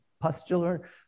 pustular